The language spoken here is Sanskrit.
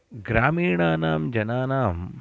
ग्रामीणानां जनानां